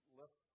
left